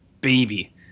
baby